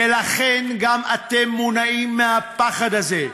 ולכן, גם אתם מונעים מהפחד הזה.